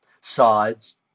sides